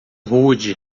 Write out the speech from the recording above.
rude